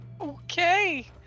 Okay